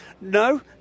No